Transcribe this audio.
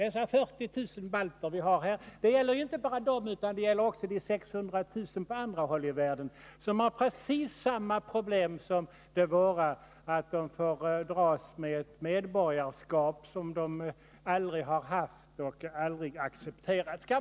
Vi har 40 000 balter i Sverige, men det gäller inte bara dem utan också de 600 000 som finns på andra håll i världen, som har precis samma problem som de våra, att de får dras med ett medborgarskap som de aldrig haft och aldrig accepterat.